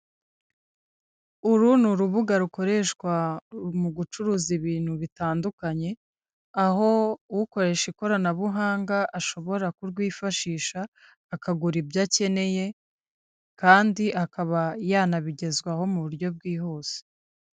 Uru ni urubuga rukoreshwa mu gucuruza ibintu bitandukanye, aho ukoresha ikoranabuhanga ashobora kurwifashisha akagura ibyo akeneye kandi akaba yanabigezwaho mu buryo bwihuse.